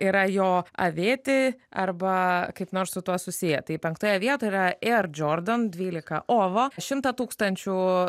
yra jo avėti arba kaip nors su tuo susiję tai penktoje vietoje yra air jordon dvylika oho šimtą tūkstančių